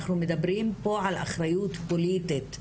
אנחנו מדברים פה על אחריות פוליטית,